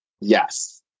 Yes